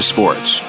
Sports